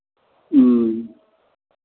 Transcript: ह्म्म